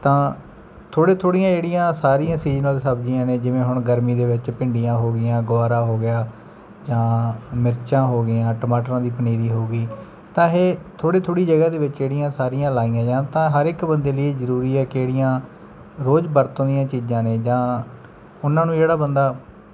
ਤਾਂ ਥੋੜ੍ਹੀ ਥੋੜ੍ਹੀਆਂ ਜਿਹੜੀਆਂ ਸਾਰੀਆਂ ਸੀਜਨਲ ਸਬਜ਼ੀਆਂ ਨੇ ਜਿਵੇਂ ਹੁਣ ਗਰਮੀ ਦੇ ਵਿੱਚ ਭਿੰਡੀਆਂ ਹੋ ਗਈਆਂ ਗੁਆਰਾ ਹੋ ਗਿਆ ਜਾਂ ਮਿਰਚਾਂ ਹੋ ਗਈਆਂ ਟਮਾਟਰਾਂ ਦੀ ਪਨੀਰੀ ਹੋ ਗਈ ਤਾਂ ਇਹ ਥੋੜ੍ਹੀ ਥੋੜ੍ਹੀ ਜਗ੍ਹਾ ਦੇ ਵਿੱਚ ਜਿਹੜੀਆਂ ਸਾਰੀਆਂ ਲਾਈਆਂ ਜਾਣ ਤਾਂ ਹਰ ਇੱਕ ਬੰਦੇ ਲਈ ਇਹ ਜ਼ਰੂਰੀ ਹੈ ਕਿਹੜੀਆਂ ਰੋਜ਼ ਵਰਤੋਂ ਦੀਆਂ ਚੀਜ਼ਾਂ ਨੇ ਜਾਂ ਉਹਨਾਂ ਨੂੰ ਜਿਹੜਾ ਬੰਦਾ